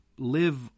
live